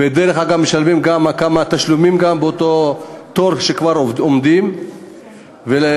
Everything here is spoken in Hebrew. ודרך אגב גם משלמים כמה תשלומים באותו תור שהם כבר עומדים בו.